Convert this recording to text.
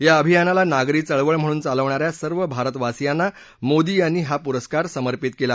या अभियानाला नागरी चळवळ म्हणून चालवणाऱ्या सर्व भारतवासीयांना मोदी यांनी हा पुरस्कार समर्पित केला